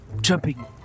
jumping